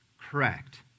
correct